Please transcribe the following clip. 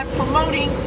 promoting